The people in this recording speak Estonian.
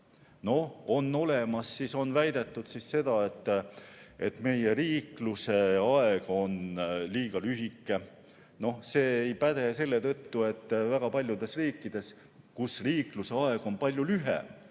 ümberlükatav. No on väidetud seda, et meie riikluse aeg on liiga lühike. See ei päde selle tõttu, et väga paljudes riikides, kus riikluse aeg on palju lühem